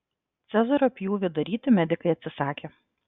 cezario pjūvį daryti medikai atsisakė